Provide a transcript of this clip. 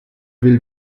will